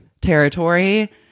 territory